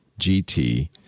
GT